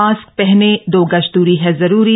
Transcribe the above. mask पहनें दो गज दूरी है जरूरी